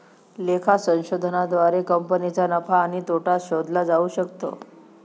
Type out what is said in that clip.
लेखा संशोधनाद्वारे कंपनीचा नफा आणि तोटा शोधला जाऊ शकतो